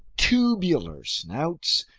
tubular snouts,